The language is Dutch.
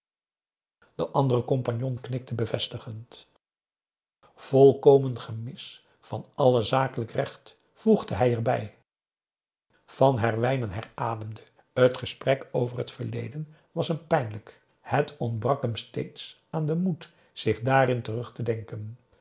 daum hoe hij raad van indië werd onder ps maurits volkomen gemis van alle zakelijk recht voegde hij er bij van herwijnen herademde het gesprek over het verleden was hem pijnlijk het ontbrak hem steeds aan den moed zich daarin terug te denken